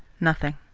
nothing!